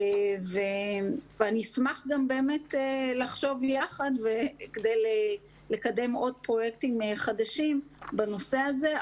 אשמח לחשוב יחד כדי לקדם עוד פרויקטים חדשים בנושא הזה.